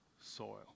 soil